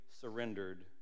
surrendered